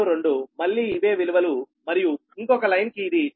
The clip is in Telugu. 22 మళ్లీ ఇవే విలువలు మరియు ఇంకొక లైన్ కి ఇది j0